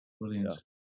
brilliant